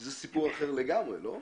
זה סיפור אחר לגמרי, לא?